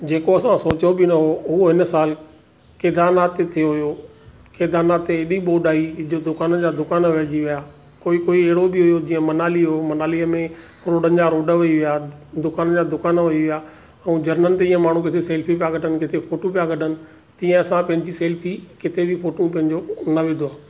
जेको असां सोचियो बि न हुओ उहो हिन सालु केदारनाथ थे थियो हुयो केदारनाथ ते हेॾी ॿोड आई इजो दुकाननि जा दुकान वहिझी विया कोई कोई अहिड़ो बि हुयो जीअं मनाली हुओ मनालीअ में रोॾनि जा रोॾनि वही विया दुकान जा दुकान वही विया ऐं जर्नल ते इहे माण्हू किथे सैल्फी पिया कढनि किथे फ़ोटू पिया कढनि तीअं असां पंहिंजी सैल्फी किथे बि फ़ोटू पंहिंजो न विधो